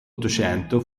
ottocento